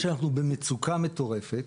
כשאנחנו במצוקה מטורפת,